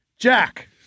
Jack